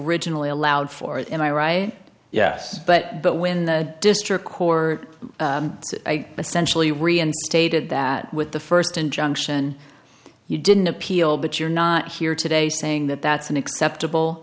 riginally allowed for am i right yes but but when the district court essentially reinstated that with the first injunction you didn't appeal but you're not here today saying that that's an acceptable